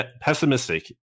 pessimistic